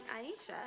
Aisha